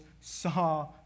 saw